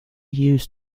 used